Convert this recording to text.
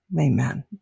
Amen